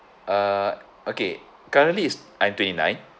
uh okay currently is I'm twenty nine